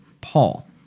Paul